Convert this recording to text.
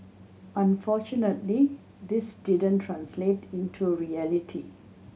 unfortunately this didn't translate into reality